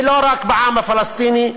ולא רק בעם הפלסטיני,